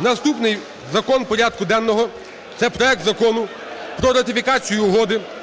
Наступний закон порядку денного – це проект Закону про ратифікацію Угоди